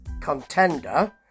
contender